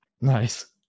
Nice